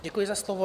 Děkuji za slovo.